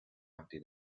until